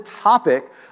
topic